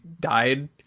died